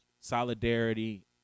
solidarity